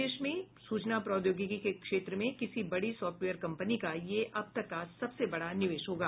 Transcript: प्रदेश में सूचना प्रौद्योगिकी के क्षेत्र में किसी बड़ी साफ्टवेयर कंपनी का यह अब तक का सबसे बड़ा निवेश होगा